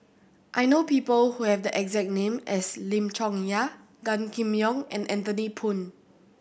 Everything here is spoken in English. I know people who have the exact name as Lim Chong Yah Gan Kim Yong and Anthony Poon